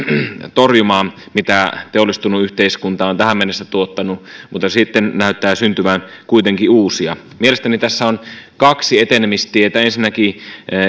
torjumaan mitä teollistunut yhteiskunta on tähän mennessä tuottanut mutta sitten näyttää syntyvän kuitenkin uusia mielestäni tässä on kaksi etenemistietä ensinnäkin